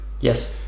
Yes